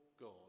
God